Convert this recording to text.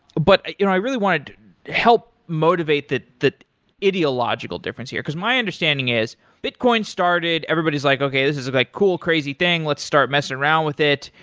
but you know i really want to help motivate the the ideological difference here, because my understanding is bitcoin started, everybody is like, okay. this is a like cool, crazy thing. let's start messing around with it,